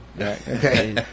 Okay